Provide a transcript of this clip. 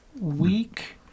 week